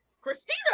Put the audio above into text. Christina